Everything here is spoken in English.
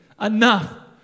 enough